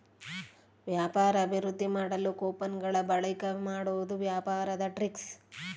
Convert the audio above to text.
ವ್ಯಾಪಾರ ಅಭಿವೃದ್ದಿ ಮಾಡಲು ಕೊಪನ್ ಗಳ ಬಳಿಕೆ ಮಾಡುವುದು ವ್ಯಾಪಾರದ ಟ್ರಿಕ್ಸ್